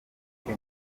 que